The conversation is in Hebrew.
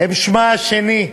הן שמה השני,